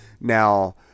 Now